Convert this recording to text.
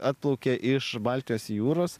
atplaukia iš baltijos jūros